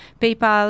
PayPal